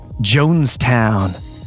Jonestown